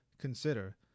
consider